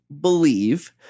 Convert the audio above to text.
believe